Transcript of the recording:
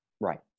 Right